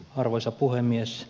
arvoisa puhemies